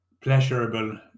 pleasurable